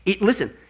Listen